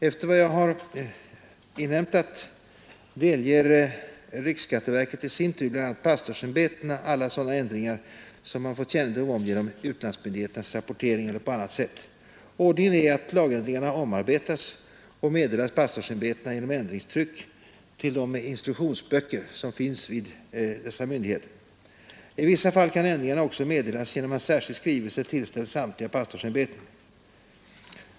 Enligt vad jag inhämtat delger riksskatteverket i sin tur bl.a. pastorsämbetena alla sådana ändringar som man fått kännedom om genom utlandsmyndigheternas rapportering eller på annat sätt. Ordningen är därvid, att lagändringarna omarbetas och meddelas pastorsämbetena genom ändringstryck till de instruktionsböcker, som finns vid dessa myndigheter. I vissa fall kan ändringarna också meddelas genom att särskild skrivelse tillställes samtliga pastorsämbeten.